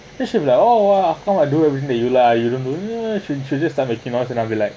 because she's like oh !wah! how come I do everything that you like you don't do she she just start making noise and I'll be like